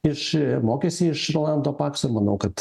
iš mokėsi iš rolando pakso manau kad